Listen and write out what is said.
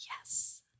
yes